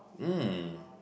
hmm